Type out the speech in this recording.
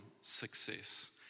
success